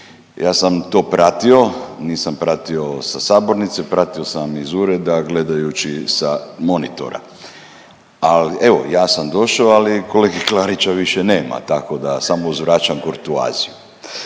Ja sam to pratio, nisam pratio sa sabornice, pratio sam iz ureda gledajući sa monitora. Ali evo ja sam došo, ali kolege Klarića više nema tako da samo uzvraćam kurtoaziju.